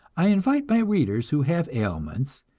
i invite my readers who have ailments,